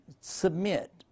submit